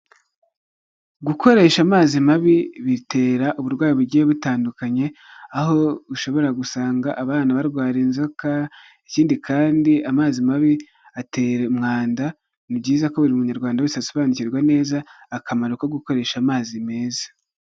Gukoresha amazi mabi bitera uburwayi bugiye butandukanye, aho ushobora gusanga abana barwara inzoka, ikindi kandi amazi mabi atera umwanda, ni byiza ko buri munyarwanda wese asobanukirwa neza akamaro ko gukoresha amazi meza.